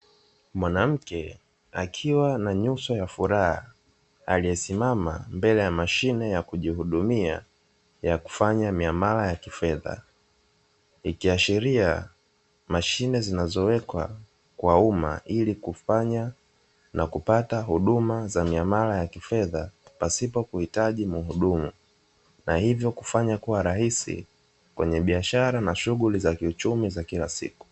Mwanamke akiwa na nyuso ya furaha aliyesimama mbele ya mashine ya kujihudumia ya kufanya miamala ya kifedha. Ikiashiria mashine zinazowekwa kwa umma ili kufanya na kupata huduma za miamala ya kifedha pasipo kuhitaji mhudumu, na hivyo kufanya kuwa rahisi kwenye biashara na shughuli za kiuchumi za kila siku.